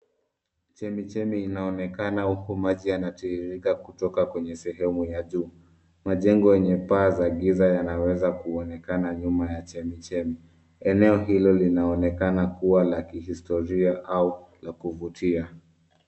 Chemichemi inaonekana huku maji yanatiririka kutoka kwenye sehemu ya juu. Majengo yenye paa za giza yanaweza kuonekana nyuma ya chemichemi. Eneo hilo linaonekana kuwa la kihistoria au la kuvutia.